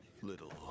little